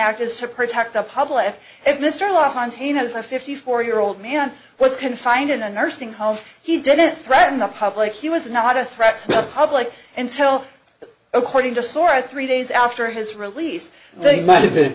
act is to protect the public if mr law hunting has a fifty four year old man was confined in a nursing home he didn't threaten the public he was not a threat to the public and tell them according to soar at three days after his release they might have been